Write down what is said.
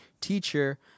Teacher